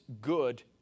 good